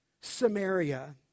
Samaria